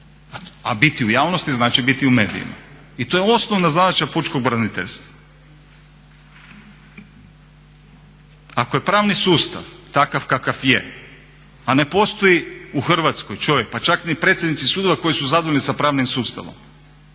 a biti u javnosti znači biti u medijima i to je osnovna zadaća pučkog braniteljstva. Ako je pravni sustav takav kakav je, a ne postoji u Hrvatskoj čovjek pa čak ni predsjednici sudova koji su zadovoljni sa pravnim sustavom,